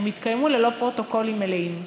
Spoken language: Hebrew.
התקיימו ללא פרוטוקולים מלאים.